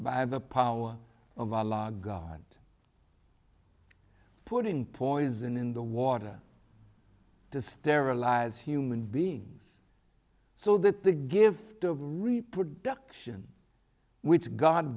have the power of a law god putting poison in the water to sterilize human beings so that the gift of reproduction which god